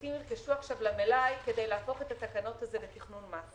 שהעסקים ירכשו עכשיו למלאי כדי להפוך את התקנות האלה לתכנון מס.